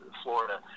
florida